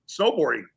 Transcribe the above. snowboarding